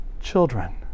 children